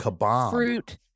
fruit